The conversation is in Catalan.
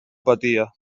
patia